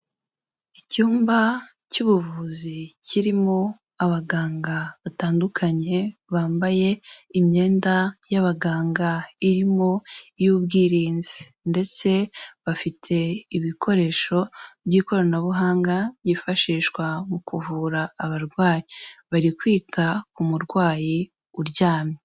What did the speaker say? Icyumba cy'ubuvuzi kirimo abaganga batandukanye, bambaye imyenda y'abaganga, irimo iy'ubwirinzi, ndetse bafite ibikoresho by'ikoranabuhanga byifashishwa mu kuvura abarwayi, bari kwita ku murwayi uryamye.